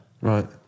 Right